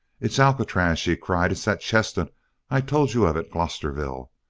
it's alcatraz! she cried. it's that chestnut i told you of at glosterville,